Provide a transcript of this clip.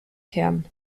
kern